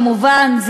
כמובן,